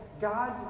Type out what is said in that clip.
God